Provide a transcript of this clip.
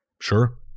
Sure